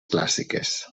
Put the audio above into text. clàssiques